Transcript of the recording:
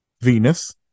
Venus